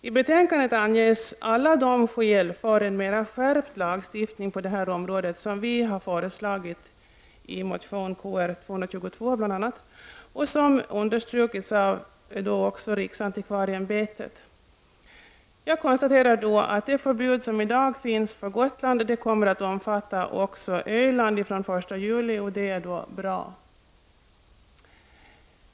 I betänkandet anges alla de skäl för en mera skärpt lagstiftning på det här området som vi har anfört bl.a. i motion Kr222 och som har understrukits av riksantikvarieämbetet. Jag konstaterar då att det förbud som i dag finns på Gotland kommer att omfatta också Öland från den 1 juli — och det är bra.